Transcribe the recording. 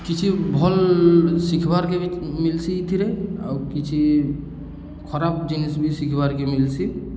କିଛି ଭଲ୍ ଶିଖିବାର୍କେ ବି ମିଲ୍ସି ଏଇଥିରେ ଆଉ କିଛି ଖରାପ ଜିନିଷ ବି ଶିଖିବାର୍କେ ମିଲ୍ସି